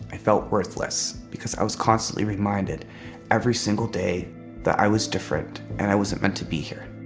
i felt worthless because i was constantly reminded every single day that i was different and i wasn't meant to be here.